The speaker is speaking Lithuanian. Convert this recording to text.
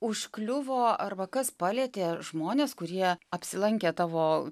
užkliuvo arba kas palietė žmones kurie apsilankė tavo